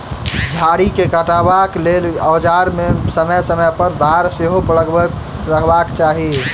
झाड़ी के काटबाक लेल औजार मे समय समय पर धार सेहो लगबैत रहबाक चाही